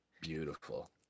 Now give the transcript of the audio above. Beautiful